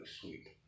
sweet